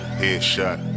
headshot